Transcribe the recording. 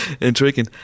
intriguing